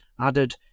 added